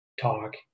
talk